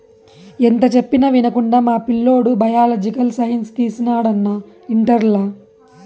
ఎంత చెప్పినా వినకుండా మా పిల్లోడు బయలాజికల్ సైన్స్ తీసినాడు అన్నా ఇంటర్లల